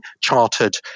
chartered